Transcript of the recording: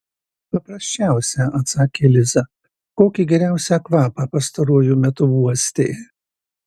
paprasčiausią atsakė liza kokį geriausią kvapą pastaruoju metu uostei